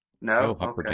No